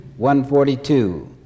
142